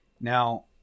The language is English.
Now